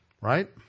right